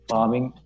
Farming